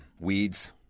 Weeds